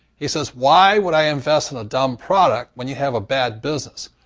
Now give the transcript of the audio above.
he says, why would i invest in a dumb product when you have a bad business?